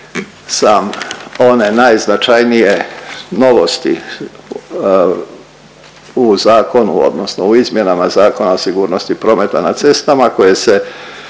sam one najznačajnije novosti u zakonu odnosno u izmjenama Zakona o sigurnosti prometa na cestama koje se